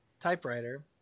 typewriter